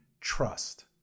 trust